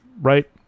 Right